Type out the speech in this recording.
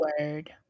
Word